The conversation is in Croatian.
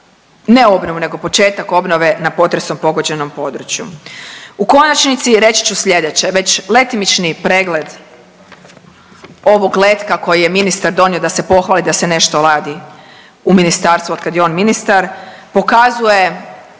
ne obnovu nego početak obnove na potresom pogođenom području. U konačnici reći ću slijedeće, već letimični pregled ovog letka koji je ministar donio da se pohvali da se nešto radi u ministarstvu otkad je on ministar, pokazuje